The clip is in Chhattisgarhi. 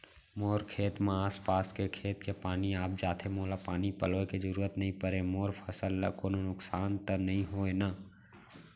मोर खेत म आसपास के खेत के पानी आप जाथे, मोला पानी पलोय के जरूरत नई परे, मोर फसल ल कोनो नुकसान त नई होही न?